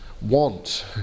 want